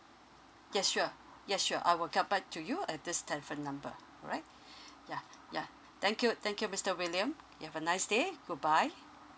yes sure yes sure I will get back to you at this telephone number alright yeah yeah thank you thank you mister william you have a nice day good bye